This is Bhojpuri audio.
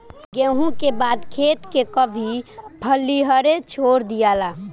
गेंहू के बाद खेत के कभी पलिहरे छोड़ दियाला